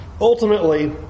ultimately